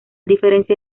diferencia